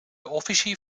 officier